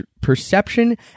perception